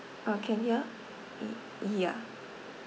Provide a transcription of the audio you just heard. uh can hear y~ ya